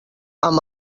amb